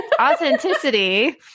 authenticity